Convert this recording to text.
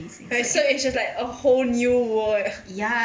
like so it's just like a whole new world